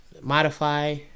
Modify